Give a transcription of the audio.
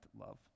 love